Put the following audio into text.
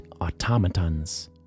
automatons